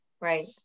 right